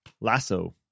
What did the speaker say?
Lasso